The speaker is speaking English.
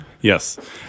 Yes